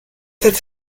his